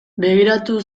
begiratu